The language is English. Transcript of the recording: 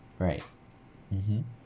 right mmhmm